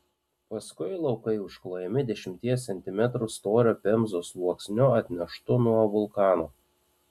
paskui laukai užklojami dešimties centimetrų storio pemzos sluoksniu atneštu nuo vulkano